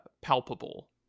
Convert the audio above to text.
palpable